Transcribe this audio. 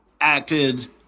acted